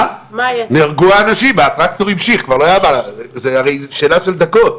נהרגו אנשים, הטרקטור המשיך, זה הרי שאלה של דקות.